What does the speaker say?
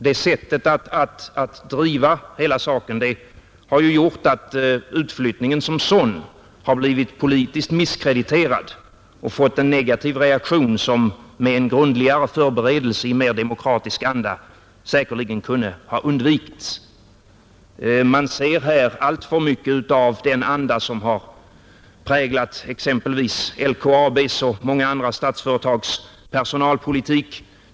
Det sättet att driva hela saken har ju gjort att utflyttningen som sådan har blivit politiskt misskrediterad och föranlett en negativ reaktion som med en grundligare förberedelse i mer demokratisk anda säkerligen kunde ha undvikits. Man ser här alltför mycket av den anda som präglar exempelvis LKAB:s och många andra statsföretags personalpolitik.